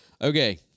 Okay